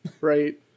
right